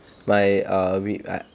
my err week ah